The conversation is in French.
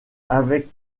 avec